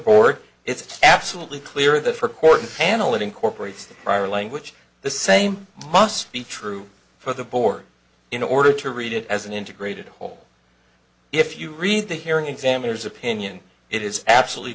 board it's absolutely clear that for court panel it incorporates the prior language the same must be true for the board in order to read it as an integrated whole if you read the hearing examiners opinion it is absolutely